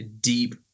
deep